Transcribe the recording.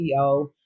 ceo